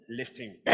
Lifting